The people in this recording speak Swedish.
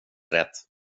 rätt